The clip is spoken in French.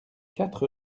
quatre